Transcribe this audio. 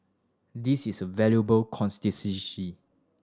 this is a valuable constituency